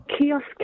Kiosk